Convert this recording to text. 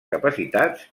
capacitats